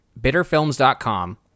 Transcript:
bitterfilms.com